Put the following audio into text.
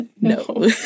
No